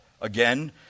again